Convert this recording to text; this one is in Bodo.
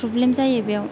प्रब्लेम जायो बेयाव